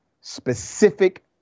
specific